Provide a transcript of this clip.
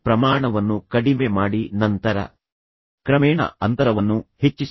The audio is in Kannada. ಪ್ರಮಾಣವನ್ನು ಕಡಿಮೆ ಮಾಡಿ ನಂತರ ಕ್ರಮೇಣ ಅಂತರವನ್ನು ಹೆಚ್ಚಿಸಿ